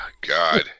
God